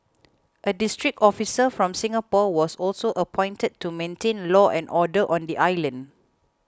a district officer from Singapore was also appointed to maintain law and order on the island